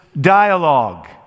dialogue